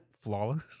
flawless